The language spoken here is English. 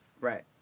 right